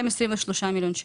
223 מיליון שקל.